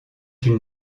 une